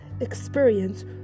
experience